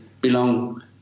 belong